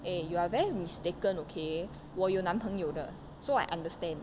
eh you are very mistaken okay 我有男朋友的 so I understand